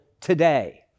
today